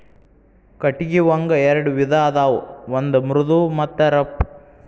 ಕಟಗಿ ಒಂಗ ಎರೆಡ ವಿಧಾ ಅದಾವ ಒಂದ ಮೃದು ಮತ್ತ ರಫ್